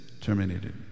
terminated